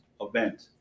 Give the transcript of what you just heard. event